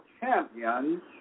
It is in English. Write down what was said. champions